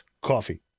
coffee